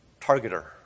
targeter